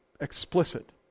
explicit